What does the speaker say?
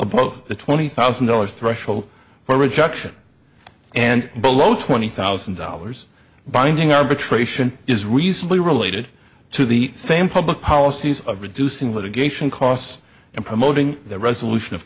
both the twenty thousand dollars threshold for rejection and below twenty thousand dollars binding arbitration is reasonably related to the same public policies of reducing litigation costs and promoting the resolution of